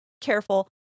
careful